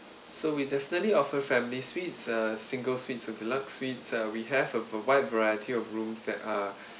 so we definitely offer family suites uh single suites or deluxe suites uh we have wi~ wide variety of rooms that are